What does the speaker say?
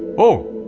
oh.